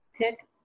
pick